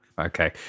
Okay